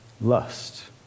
lust